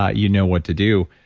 ah you know what to do.